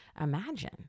imagine